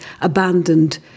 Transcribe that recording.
abandoned